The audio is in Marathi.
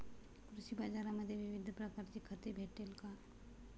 कृषी बाजारांमध्ये विविध प्रकारची खते भेटेल का?